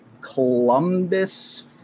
Columbus